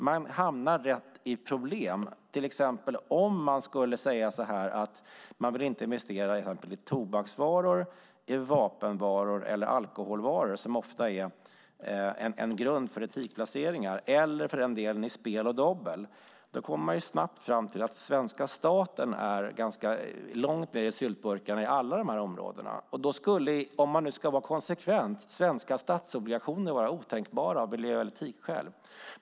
Man hamnar lätt i problem om man till exempel säger att man inte vill investera i tobaksvaror, vapenvaror eller alkoholvaror - som ofta är grunden för etiska placeringar - eller för den delen i spel och dobbel. Då kommer man snabbt fram till att svenska staten har fingrarna långt ned i syltburkarna på alla dessa områden. Om vi ska vara konsekventa skulle svenska statsobligationer vara otänkbara av miljöskäl och etiska skäl.